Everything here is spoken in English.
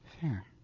Fair